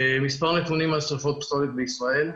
מספר נתונים משריפות הפסולת בישראל: